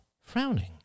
frowning